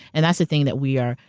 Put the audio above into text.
and that's the thing that we are.